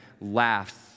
laughs